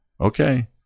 okay